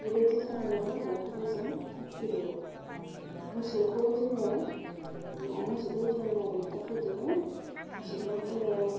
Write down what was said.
बेबायदि खालामनानै दाउखौबो जों थाब फेदेरो मोसौखौ जोङो मोसौखौ जोङो माबोरै थाब फेदेरो मोसौखौ जोङो